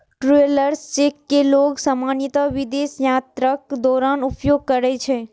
travellers cheque कें लोग सामान्यतः विदेश यात्राक दौरान उपयोग करै छै